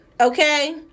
okay